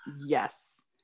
yes